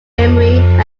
emery